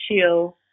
chill